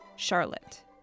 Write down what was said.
Charlotte